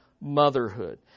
motherhood